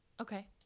Okay